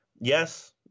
Yes